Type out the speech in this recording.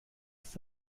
ist